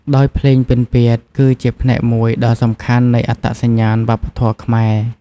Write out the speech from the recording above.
ដោយភ្លេងពិណពាទ្យគឺជាផ្នែកមួយដ៏សំខាន់នៃអត្តសញ្ញាណវប្បធម៌ខ្មែរ។